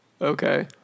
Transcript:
Okay